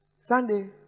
Sunday